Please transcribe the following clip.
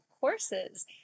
courses